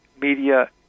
media